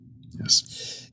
yes